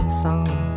song